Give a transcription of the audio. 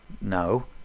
No